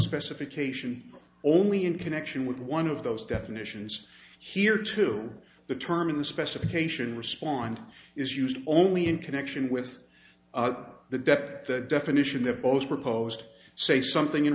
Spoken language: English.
specification only in connection with one of those definitions here too the term in the specification respond is used only in connection with the depth the definition that both proposed say something in